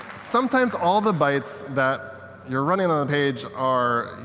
sometimes all the bytes that you're running on a page are,